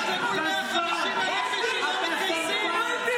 חבר הכנסת יוסי טייב.